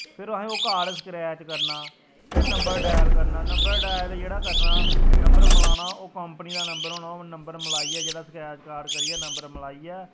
फिर असें ओह् कार्ड स्क्रैच करना फिर नम्बर डाइल करना नम्बर डाइल जेह्ड़ा करना नम्बर मलाना ओह् कम्पनी दा नम्बर होना ओह् नम्बर मलाइयै जेह्ड़ा स्क्रैच कार्ड करियै नम्बर मलाइयै